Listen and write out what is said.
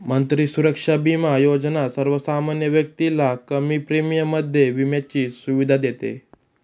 मंत्री सुरक्षा बिमा योजना सर्वसामान्य व्यक्तीला कमी प्रीमियम मध्ये विम्याची सुविधा देते